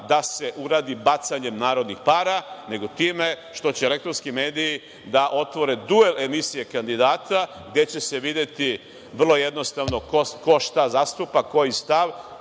da se uradi bacanjem narodnih para, nego time što će elektronski mediji da otvore duel emisije kandidata, gde će se videti, vrlo jednostavno, ko šta zastupa, koji stav,